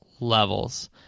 levels